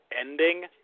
ending